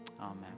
Amen